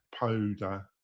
Poda